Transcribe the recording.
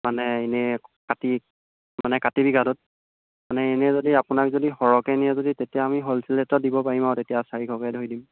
মানে এনেই কাটি মানে কাটি বিকাটোত মানে এনে যদি আপোনাক যদি সৰহকৈ নিয়ে যদি তেতিয়া আমি হ'লছেল এটা দিব পাৰিম আৰু তেতিয়া চাৰিশকৈ ধৰি দিম